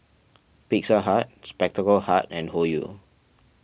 Pizza Hut Spectacle Hut and Hoyu